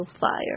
fire